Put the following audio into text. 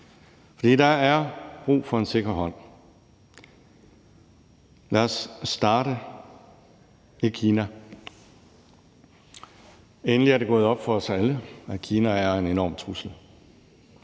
der er brug for en sikker hånd. Lad os starte med Kina. Endelig er det gået op for os alle, at Kina er en enorm trussel.